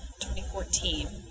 2014